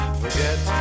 forget